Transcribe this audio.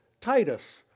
Titus